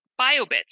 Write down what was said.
biobits